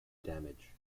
damage